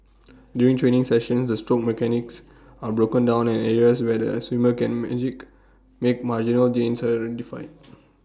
during training sessions the stroke mechanics are broken down and areas where the swimmer can magic make marginal gains are identified